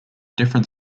different